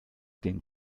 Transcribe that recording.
den